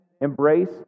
Embrace